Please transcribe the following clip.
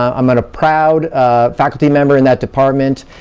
i'm a proud faculty member in that department.